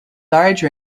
large